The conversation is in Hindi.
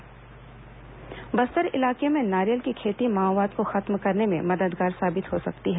विश्व नारियल दिवस बस्तर इलाके में नारियल की खेती माओवाद को खत्म करने में मददगार साबित हो सकती है